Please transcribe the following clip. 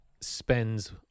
spends